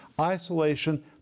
Isolation